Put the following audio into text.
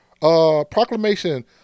Proclamation